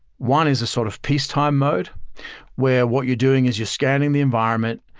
one is a sort of peacetime mode where what you're doing is you're scanning the environment,